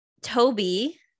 toby